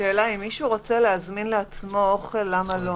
אם מישהו רוצה להזמין לעצמו אוכל למלון,